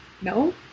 no